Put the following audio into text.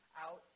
out